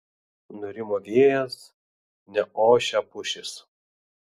nurimo vėjas neošia pušys